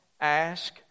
Ask